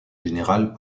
général